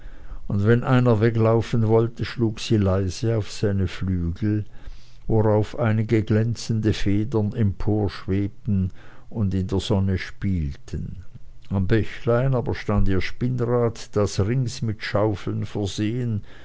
und wenn einer weglaufen wollte schlug sie leise auf seine flügel worauf einige glänzende federn emporschwebten und in der sonne spielten am bächlein aber stand ihr spinnrad das rings mit schaufeln versehen